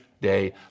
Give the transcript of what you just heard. day